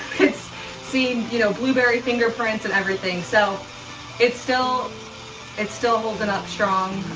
it's seen you know, blueberry fingerprints and everything so it still it's still holding up strong.